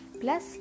plus